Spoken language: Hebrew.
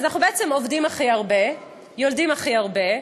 אז אנחנו בעצם עובדים הכי הרבה, יולדים הכי הרבה,